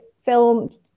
film